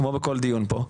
כמו בכל דיון פה,